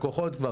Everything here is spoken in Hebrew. לקוחות כבר,